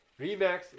Remax